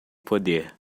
poder